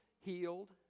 healed